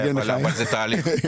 זה תהליך.